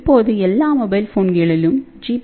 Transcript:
இப்போது எல்லாமொபைல் போன்களிலும் ஜி